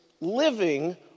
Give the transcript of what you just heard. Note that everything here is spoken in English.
living